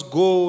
go